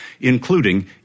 including